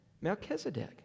Melchizedek